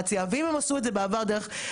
שימשיכו לעשות את זה דרך משרד החוץ או דרך